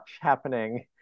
happening